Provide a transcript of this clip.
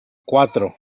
cuatro